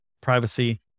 privacy